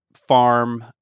farm